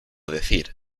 decir